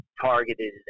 targeted